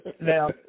now